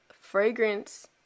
fragrance